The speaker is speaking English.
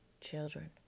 children